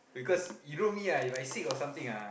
because he wrote me ah if i sick or something ah